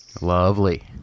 Lovely